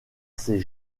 ses